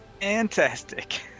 fantastic